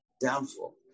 downfall